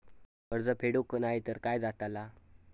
कर्ज फेडूक नाय तर काय जाताला?